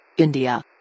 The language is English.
India